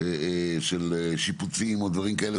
של שיפוצים ודברים כאלה,